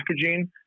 packaging